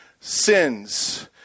sins